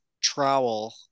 trowel